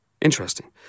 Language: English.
Interesting